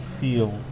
feel